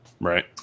Right